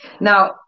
Now